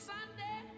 Sunday